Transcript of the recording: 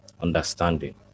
understanding